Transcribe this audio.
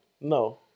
No